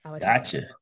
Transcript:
gotcha